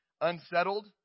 unsettled